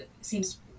seems